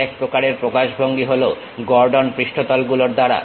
আরেক প্রকারের প্রকাশভঙ্গি হলো গর্ডন পৃষ্ঠতল গুলোর দ্বারা